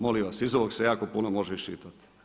Molim vas, iz ovog se jako puno može iščitati.